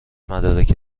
مدارک